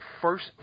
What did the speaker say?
first